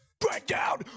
Breakdown